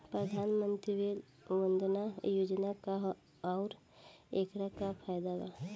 प्रधानमंत्री वय वन्दना योजना का ह आउर एकर का फायदा बा?